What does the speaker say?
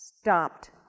stopped